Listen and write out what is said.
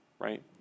right